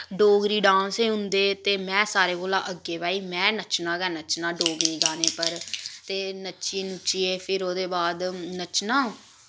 Dogri dance हे उं'दे ते मैं सारें कोला अग्गें भाई मैं नच्चना गै नच्चना डोगरी गाने पर ते नच्ची नुचियै फिर ओह्दे बाद नच्चना